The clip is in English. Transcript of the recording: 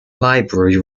library